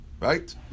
right